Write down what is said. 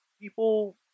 people